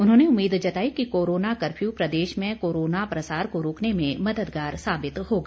उन्होंने उम्मीद जताई कि कोरोना कफ्यू प्रदेश में कोरोना प्रसार को रोकने में मददगार साबित होगा